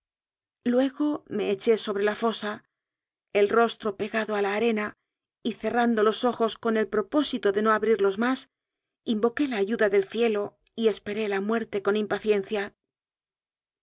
luego me eché sobre la fosa el rostro pe gado a la arena y cerrando los ojos con el pro pósito de no abrirlos más invoqué la ayuda del cielo y esperé la muerte con impaciencia